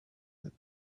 that